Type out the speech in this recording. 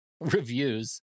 reviews